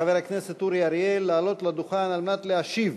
חבר הכנסת אורי אריאל, לעלות לדוכן על מנת להשיב